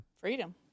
Freedom